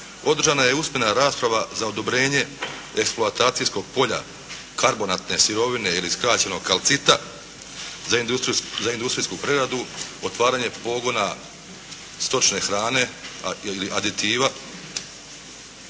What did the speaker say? održana je usmena rasprava za odobrenje eksplatacijskog polja karbonatne sirovine ili skraćeno kalcita za industrijsku preradu, otvaranje pogona stočne hrane ili aditiva.